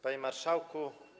Panie Marszałku!